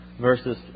verses